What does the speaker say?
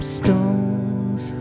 stones